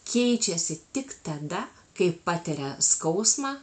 keičiasi tik tada kai patiria skausmą